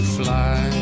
fly